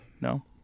No